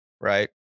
right